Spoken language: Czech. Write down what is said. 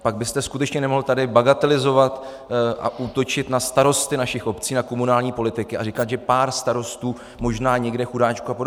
Pak byste skutečně nemohl tady bagatelizovat a útočit na starosty našich obcí, na komunální politiky a říkat, že pár starostů, možná někde chudáčků, apod.